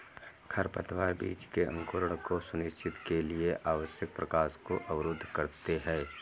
खरपतवार बीज के अंकुरण को सुनिश्चित के लिए आवश्यक प्रकाश को अवरुद्ध करते है